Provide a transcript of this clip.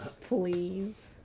Please